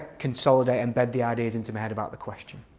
consolidate. embed the ideas into my head about the question.